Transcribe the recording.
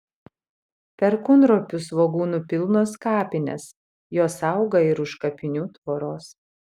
perkūnropių svogūnų pilnos kapinės jos auga ir už kapinių tvoros